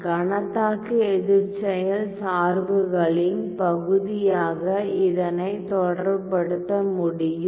கணத்தாக்கு எதிர்ச்செயல் சார்புகளின் பகுதியாக இதனை தொடர்புபடுத்த முடியும்